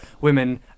women